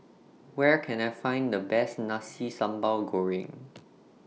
Where Can I Find The Best Nasi Sambal Goreng